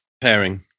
Pairing